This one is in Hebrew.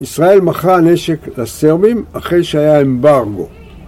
ישראל מכרה נשק לסרבים אחרי שהיה אמברגו